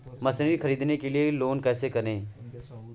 Machinery ख़रीदने के लिए लोन कैसे करें?